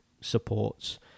supports